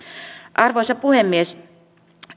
arvoisa puhemies